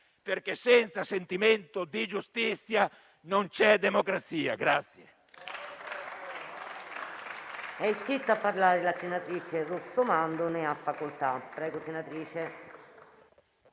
perché senza sentimento di giustizia non c'è democrazia.